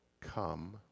come